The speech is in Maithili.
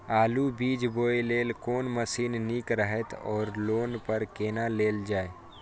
आलु बीज बोय लेल कोन मशीन निक रहैत ओर लोन पर केना लेल जाय?